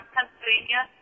Pennsylvania